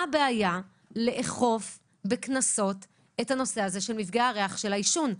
מה הבעיה לאכוף בקנסות את הנושא הזה של מפגעי הריח של העישון?